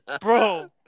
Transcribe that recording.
Bro